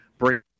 Bring